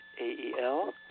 A-E-L